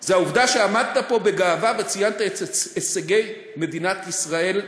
זה העובדה שעמדת פה בגאווה וציינת את הישגי מדינת ישראל,